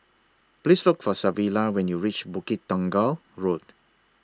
Please Look For Savilla when YOU REACH Bukit Tunggal Road